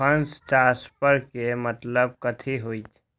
Fund transfer के मतलब कथी होई?